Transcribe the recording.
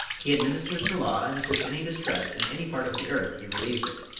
he administers the law, and if there's any distress in any part of the earth he relieves it.